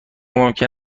ممکن